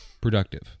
Productive